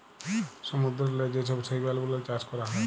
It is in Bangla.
সমুদ্দূরেল্লে যে ছব শৈবাল গুলাল চাষ ক্যরা হ্যয়